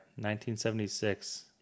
1976